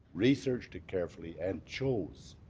researched it carefully, and chose